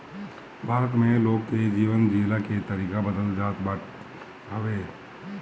भारत में लोग के जीवन जियला के तरीका बदलत जात हवे